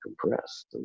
compressed